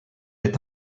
est